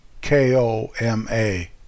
K-O-M-A